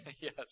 Yes